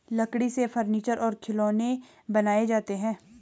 लकड़ी से फर्नीचर और खिलौनें बनाये जाते हैं